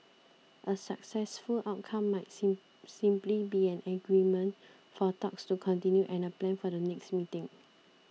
a successful outcome might simply be an agreement for talks to continue and a plan for the next meeting